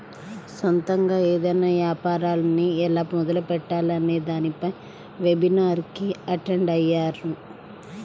సొంతగా ఏదైనా యాపారాన్ని ఎలా మొదలుపెట్టాలి అనే దానిపై వెబినార్ కి అటెండ్ అయ్యాను